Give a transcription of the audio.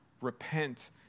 Repent